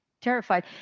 terrified